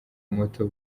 moto